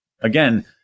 again